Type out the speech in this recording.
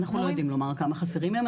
אנחנו לא יודעים לומר כמה חסרים היום,